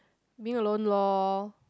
being alone lor